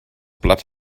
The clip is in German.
blatt